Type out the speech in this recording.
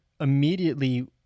immediately